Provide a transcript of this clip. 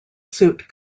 suit